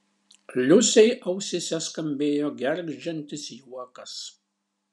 liusei ausyse skambėjo gergždžiantis juokas